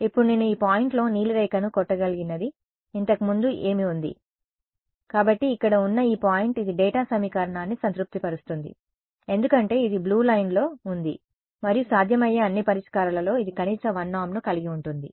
ఇప్పుడు నేను ఈ పాయింట్ లో నీలి రేఖను కొట్టగలిగినది ఇంతకు ముందు ఏమి ఉంది కాబట్టి ఇక్కడ ఉన్న ఈ పాయింట్ ఇది డేటా సమీకరణాన్ని సంతృప్తిపరుస్తుంది ఎందుకంటే ఇది బ్లూ లైన్లో ఉంది మరియు సాధ్యమయ్యే అన్ని పరిష్కారాలలో ఇది కనీస 1 నార్మ్ ను కలిగి ఉంటుంది